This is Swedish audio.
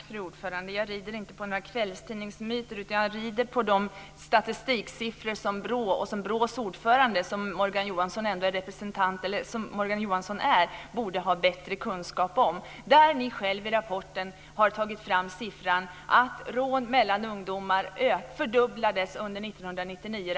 Fru talman! Jag rider inte på några kvällstidningsmyter. Jag rider på den statistik som BRÅ och BRÅ:s ordförande, Morgan Johansson, borde ha bättre kunskap om. Ni har själva i rapporten tagit fram siffror som visar att rån mellan ungdomar fördubblades under 1999.